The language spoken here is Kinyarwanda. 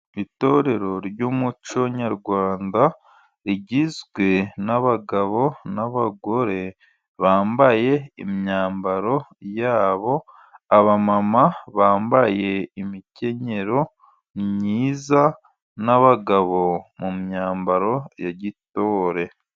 Itorero ry'umuco nyarwanda rigizwe n'abagabo n'abagore bambaye imyambaro yabo. Aba mama bambaye imikenyero myiza n'abagabo mu myambaro ya gitore.